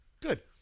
Good